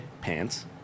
pants